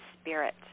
spirit